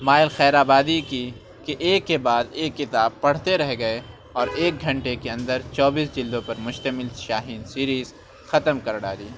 مائل خیرآبادی کی کہ ایک کے بعد ایک کتاب پڑھتے رہ گئے اور ایک گھنٹے کے اندر چوبیس جلدوں پر مشتمل شاہین سیریز ختم کر ڈالی